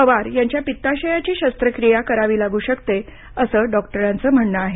पवार यांच्या पित्ताशयाची शस्त्रक्रिया करावी लागू शकते असं डॉक्टरांचं म्हणणं आहे